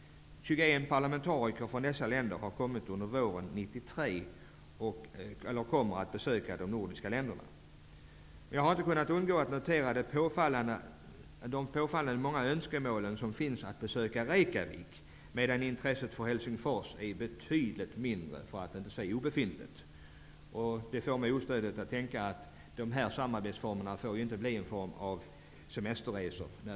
21 parlamentariker kommer under våren 1993 att besöka de nordiska länderna. Jag har inte kunnat undgå att notera de påfallande många önskemålen att besöka Reykjavik, medan intresset för Helsingfors är betydligt mindre, för att inte säga obefintligt. Det får mig osökt att tänka att dessa samarbetsformer inte får bli en form av semesterresor.